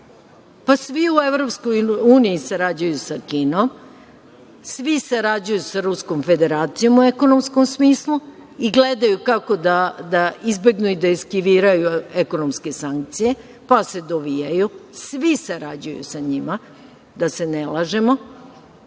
pa svi u EU sarađuju sa Kinom, svi sarađuju sa Ruskom Federacijom u ekonomskom smislu i gledaju kako da izbegnu i da eskiviraju ekonomske sankcije, pa se dovijaju, svi sarađuju sa njima, da se ne lažemo.